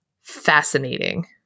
fascinating